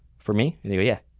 for me? and they go yeah.